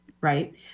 right